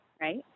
right